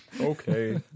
Okay